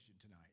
tonight